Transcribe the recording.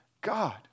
God